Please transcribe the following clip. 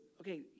okay